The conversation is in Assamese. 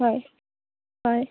হয় হয়